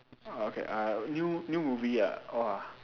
uh okay uh new new movie ah !wah!